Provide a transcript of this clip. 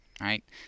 right